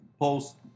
post